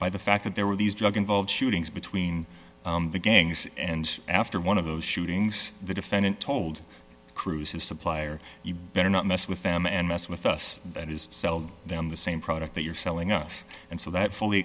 by the fact that there were these drug involved shootings between the gangs and after one of those shootings the defendant told cruz his supplier you better not mess with them and mess with us that is to sell them the same product that you're selling us and so that fully